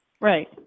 Right